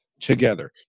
together